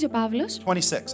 26